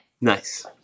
Nice